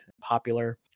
popular